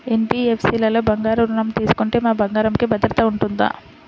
NBFC లలో బంగారు ఋణం తీసుకుంటే మా బంగారంకి భద్రత ఉంటుందా?